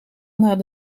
naar